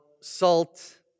salt